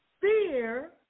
Fear